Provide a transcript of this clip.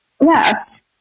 Yes